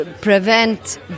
prevent